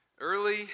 Early